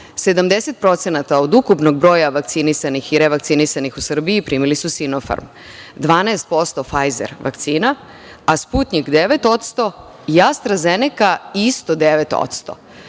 70% od ukupnog broja vakcinisanih i revakcinisanih u Srbiji primili su „Sinofarm“, 12% „Fajzer“ vakcina, „Sputnjik“ 9% i „Astra Zeneka“ isto